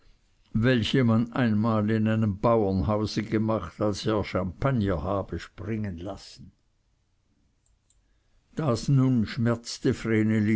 welche man einmal in einem bauernhause gemacht als er champagner habe springen lassen das nun schmerzte